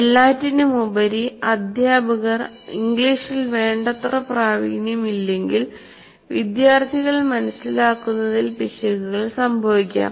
എല്ലാറ്റിനുമുപരി അധ്യാപകർ ഇംഗ്ലീഷിൽ വേണ്ടത്ര പ്രാവീണ്യമില്ലെങ്കിൽ വിദ്യാർത്ഥികൾ മനസ്സിലാക്കുന്നതിൽ പിശകുകൾ സംഭവിക്കാം